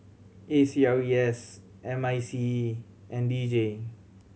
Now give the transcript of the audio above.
A C R E S M I C E and D J